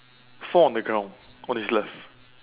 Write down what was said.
four on the ground on his left